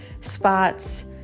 spots